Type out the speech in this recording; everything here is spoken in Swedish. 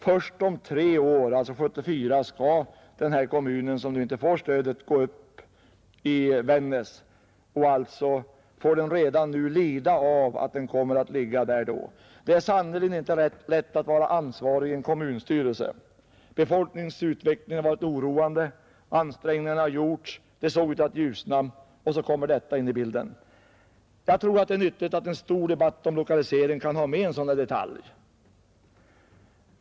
Först om tre år — alltså år 1974 — skall den kommun som nu inte får stödet gå upp i Vännäs, men redan nu får den lida av det. Det är sannerligen inte lätt att vara ansvarig i en kommunstyrelse. Befolk ningsutvecklingen har varit oroande. Stora ansträngningar har gjorts, och det såg ut att ljusna, men så kom sammanslagningen in i bilden. Jag tror att det är nyttigt att i en stor debatt om lokalisering ta upp en sådan detalj.